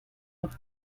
los